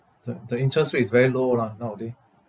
the the interest rate is very low lah nowaday